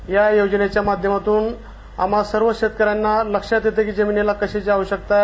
या योजनेच्या माध्यमातून आम्हा सर्व शेतकऱ्याना लक्षात येतं की जमिनीला कशाची आवश्यकता आहे